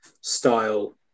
style